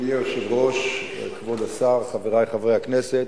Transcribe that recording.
אדוני היושב-ראש, כבוד השר, חברי חברי הכנסת,